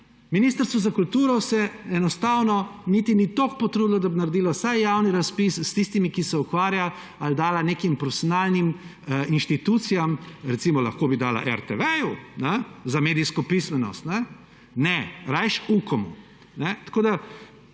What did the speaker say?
Ministrstvo za kulturo se enostavno ni niti toliko potrudilo, da bi naredilo vsaj javni razpis s tistimi, ki se s tem ukvarjajo, ali dala nekim profesionalnim institucija, recimo, lahko bi dala RTV za medijsko pismenost. Ne, rajši Ukomu!